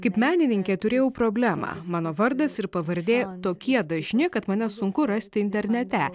kaip menininkė turėjau problemą mano vardas ir pavardė tokie dažni kad mane sunku rasti internete